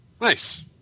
Nice